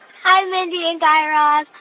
hi, mindy and guy raz.